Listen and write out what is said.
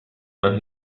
man